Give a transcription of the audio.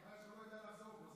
הבעיה היא שהוא לא יודע לחזור בו.